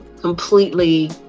completely